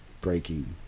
breaking